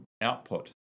output